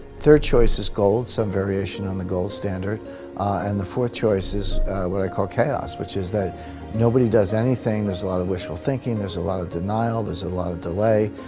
third choice is gold, some variation on the gold standard and the fourth choice is what i call chaos, which is that nobody does anything there's a lot of wishful thinking there's a lot of denial there's a lot of delay,